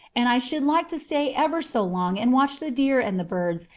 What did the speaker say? and i should like to stay ever so long and watch the deer and the birds,